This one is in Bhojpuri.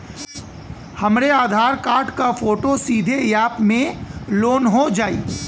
हमरे आधार कार्ड क फोटो सीधे यैप में लोनहो जाई?